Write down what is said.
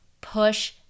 push